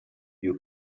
you